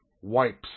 Wipes